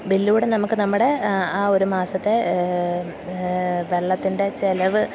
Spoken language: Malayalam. ബില്ലിലൂടെ നമുക്ക് നമ്മുടെ ആ ഒരു മാസത്തെ വെള്ളത്തിൻ്റെ ചെലവ്